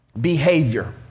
behavior